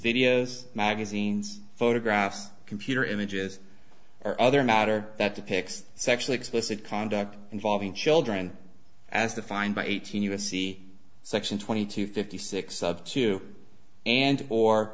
videos magazines photographs computer images or other matter that depicts sexually explicit conduct involving children as the find by eighteen us c section twenty two fifty six of to and or